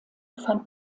fand